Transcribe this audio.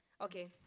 Okay